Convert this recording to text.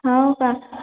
हो का